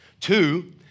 Two